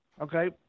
Okay